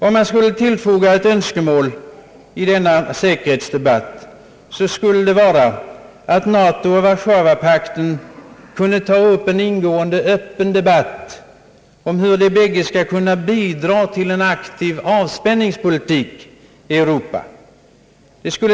Om jag skulle tillfoga ett önskemål i denna säkerhetsdebatt, skulle det vara att NATO och Warszawapakterna kunde ta upp en ingående debatt om hur de båda skulle kunna bidra till en aktiv avspänningspolitik i Europa.